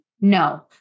No